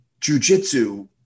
jujitsu